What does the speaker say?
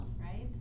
right